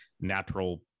natural